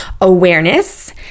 awareness